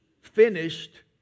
finished